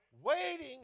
Waiting